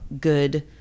good